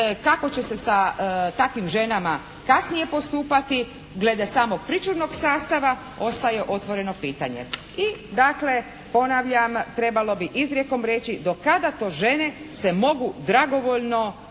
kako će se sa takvim ženama kasnije postupati glede samog pričuvnog sastava ostaje otvoreno pitanje. I dakle, ponavljam trebalo bi izrijekom reći do kada to žene se mogu dragovoljno prijaviti